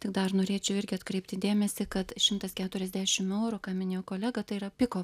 tik dar norėčiau irgi atkreipti dėmesį kad šimtas keturiasdešimt eurų ką minėjo kolega tai yra piko